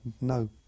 no